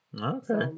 Okay